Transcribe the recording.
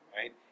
right